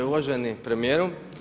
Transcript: Uvaženi premijeru.